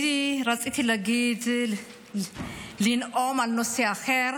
אני רציתי להגיד, לנאום על נושא אחר.